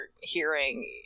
hearing